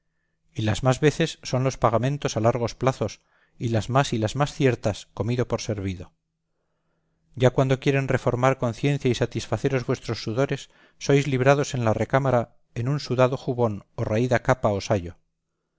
y las más veces son los pagamentos a largos plazos y las más y las más ciertas comido por servido ya cuando quieren reformar conciencia y satisfaceros vuestros sudores sois librados en la recámara en un sudado jubón o raída capa